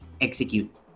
execute